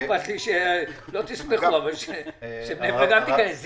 מה אכפת לי שלא תשמחו, אבל שבני ברק גם תיכנס.